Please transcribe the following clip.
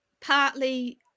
partly